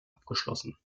abgeschlossen